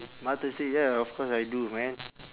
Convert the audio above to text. mutton steak ya of course I do man